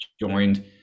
joined